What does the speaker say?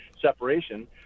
separation